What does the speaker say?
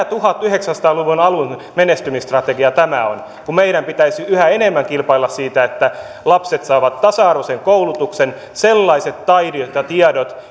tuhatyhdeksänsataa luvun alun menestymisstrategia tämä on kun meidän pitäisi yhä enemmän kilpailla siitä että lapset saavat tasa arvoisen koulutuksen sellaiset taidot ja tiedot